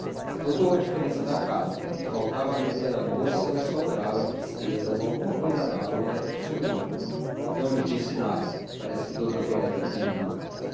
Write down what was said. notou a diferença da caça onde faltava a alegria da moça e sobrava a tristeza ou alguma cousa análoga do sobrinho não lhe disse nada parece que d antônia também não